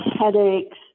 headaches